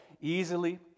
easily